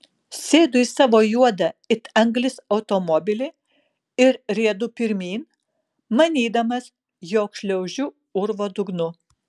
sėdu į savo juodą it anglis automobilį ir riedu pirmyn manydamas jog šliaužiu urvo dugnu